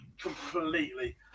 completely